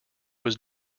was